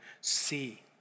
see